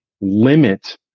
limit